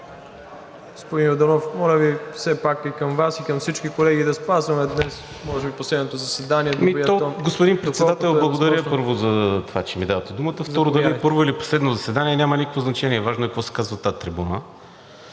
Господин Председател, благодаря, първо, за това, че ми давате думата. Второ, дали е първо, или последно заседание, няма никакво значение, важно е какво се казва от тази трибуна.